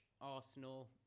Arsenal